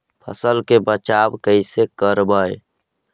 फसल के बचाब कैसे करबय?